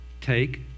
Take